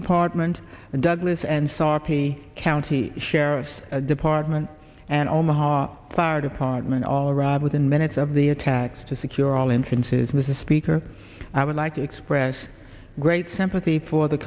department and douglas and saudi county sheriff's department and omaha fire department all arrived within minutes of the attacks to secure all entrances mr speaker i would like to express great sympathy for the